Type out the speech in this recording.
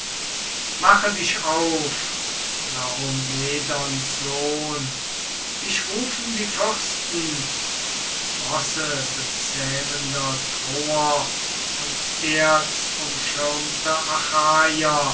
mache dich auf laomedons sohn dich rufen die fürsten rossebezähmender troer und erzumschirmter